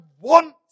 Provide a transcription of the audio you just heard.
want